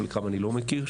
חלקן אני לא מכיר,